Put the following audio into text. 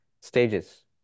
stages